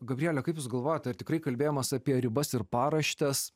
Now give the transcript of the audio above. gabriele kaip jūs galvojat ar tikrai kalbėjimas apie ribas ir paraštes